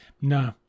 no